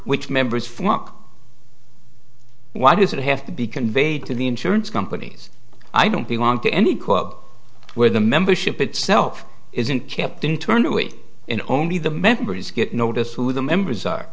which members flock why does it have to be conveyed to the insurance companies i don't belong to any club where the membership itself isn't kept internally in only the members get notice who the members are